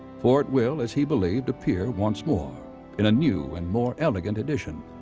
for it will, as he believed, appear once more in a new and more elegant edition,